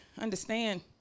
understand